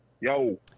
Yo